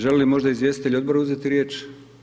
Želi li možda izvjestitelj Odbora uzeti riječ?